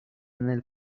nel